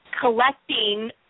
collecting